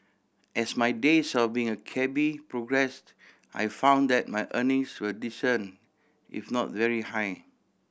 as my days of being a cabby progressed I found that my earnings were decent if not very high